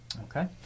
Okay